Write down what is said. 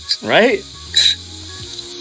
Right